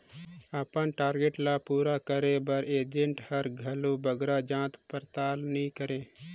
अपन टारगेट ल पूरा करे बर एजेंट हर घलो बगरा जाँच परताल नी करे